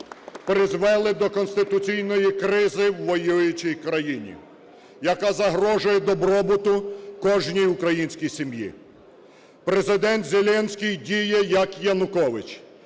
призвели до конституційної кризи у воюючій країні, яка загрожує добробуту кожній українській сім'ї. Президент Зеленський діє, як Янукович,